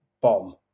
bomb